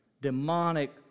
Demonic